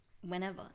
whenever